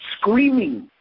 screaming